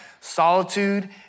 solitude